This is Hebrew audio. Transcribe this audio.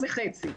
זה חצי,